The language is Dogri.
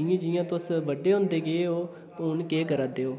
जि'यां जि'यां तुस बड्डे होंदे गेओ हून केह् करा देओ